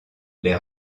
les